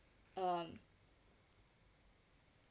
um